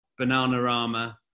Bananarama